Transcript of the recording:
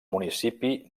municipi